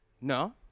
No